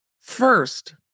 First